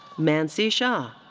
mansi shah.